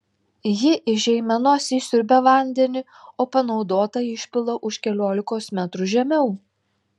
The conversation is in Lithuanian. ji iš žeimenos įsiurbia vandenį o panaudotą išpila už keliolikos metrų žemiau